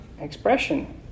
expression